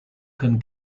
can